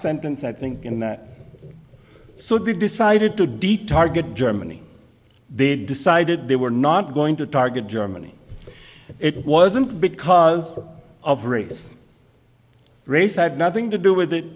sentence i think in that so they decided to de target germany they decided they were not going to target germany it wasn't because of race race had nothing to do with it